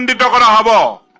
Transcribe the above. and da da da